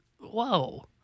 Whoa